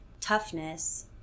toughness